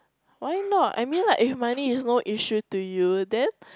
why not I mean like if money is no issue to you then